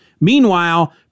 Meanwhile